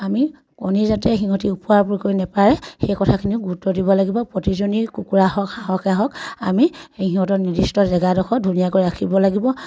আমি কণী যাতে সিহঁতি ওপৰা ওপৰি কৰি নাপাৰে সেই কথাখিনি গুৰুত্ব দিব লাগিব প্ৰতিজনী কুকুৰা হওক হাঁহকে হওক আমি সিহঁতৰ নিৰ্দিষ্ট জেগাডোখৰ ধুনীয়াকৈ ৰাখিব লাগিব